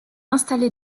installé